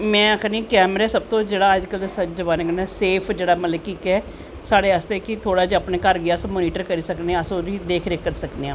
ते में आखनी कैमरा सबतों अज्ज कल दे जमानें कन्नैं सेफ जेह्ड़ा कि मतलव इक साढ़े अस्तै थोह्ड़ा जाअस अपनें घर गा मोनिटर करी सकने आं अस ओह्दी देख रेख करी सकने आं